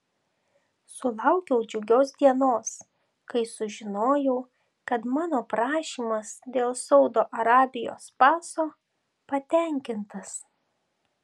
sulaukiau džiugios dienos kai sužinojau kad mano prašymas dėl saudo arabijos paso patenkintas